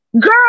Girl